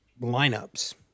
lineups